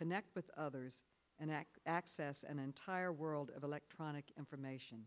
connect with others and that access an entire world of electronic information